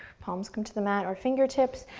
palms come to the mat, or fingertips.